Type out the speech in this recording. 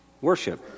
worship